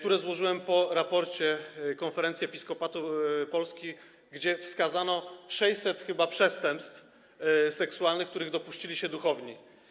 Wniosek złożyłem po raporcie Konferencji Episkopatu Polski, gdzie wskazano 600 chyba przestępstw seksualnych, których dopuścili się duchowni.